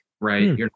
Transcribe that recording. right